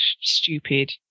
stupid